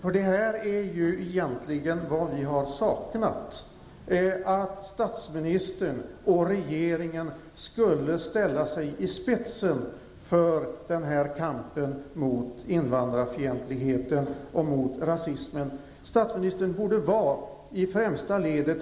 Vad vi egentligen har saknat är just att statsministern och regeringen ställer sig i spetsen för kampen mot invandrarfientligheten och rasismen. Statsministern borde finnas i främsta ledet.